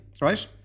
right